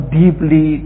deeply